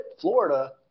Florida